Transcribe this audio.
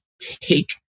take